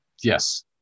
yes